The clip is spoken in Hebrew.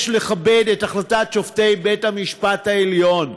לכבד את החלטת שופטי בית-המשפט העליון.